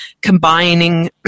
combining